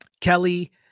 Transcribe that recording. Kelly